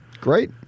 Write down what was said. Great